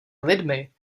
lidmi